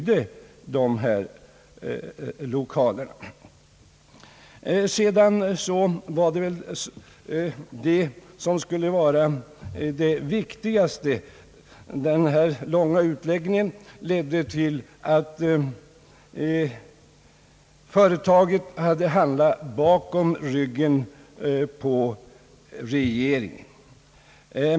Den här långa utläggningen ledde till att företaget hade handlat bakom ryggen på regeringen.